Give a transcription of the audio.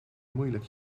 moeilijk